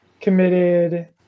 committed